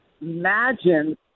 Imagine